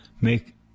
make